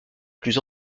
plus